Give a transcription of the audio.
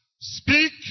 speak